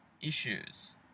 issues